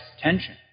tension